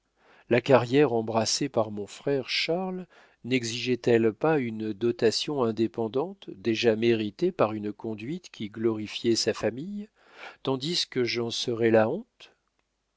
la carrière embrassée par mon frère charles nexigeait elle pas une dotation indépendante déjà méritée par une conduite qui glorifiait sa famille tandis que j'en serais la honte